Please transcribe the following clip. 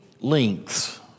lengths